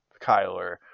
Kyler